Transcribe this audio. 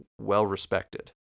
well-respected